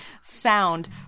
Sound